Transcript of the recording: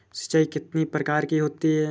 सिंचाई कितनी प्रकार की होती हैं?